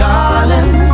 Darling